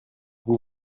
vous